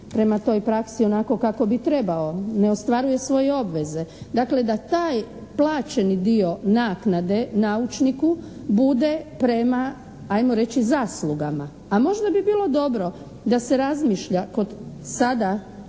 prema toj praksi onako kako bi trebao. Ne ostvaruje svoje obveze. Dakle da taj plaćeni dio naknade naučniku bude prema, ajmo reći zaslugama. A možda bi bilo dobro da se razmišlja kod sada